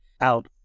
out